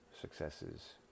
successes